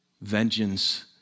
Vengeance